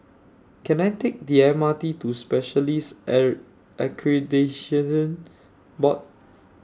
Can I Take The M R T to Specialists Error Board